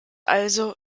also